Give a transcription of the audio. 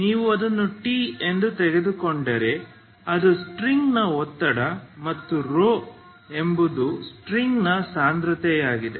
ನೀವು ಅದನ್ನು T ಎಂದು ತೆಗೆದುಕೊಂಡರೆ ಅದು ಸ್ಟ್ರಿಂಗ್ನ ಒತ್ತಡ ಮತ್ತು ρ ಎಂಬುದು ಸ್ಟ್ರಿಂಗ್ನ ಸಾಂದ್ರತೆಯಾಗಿದೆ